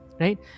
right